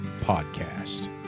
Podcast